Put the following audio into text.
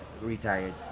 Retired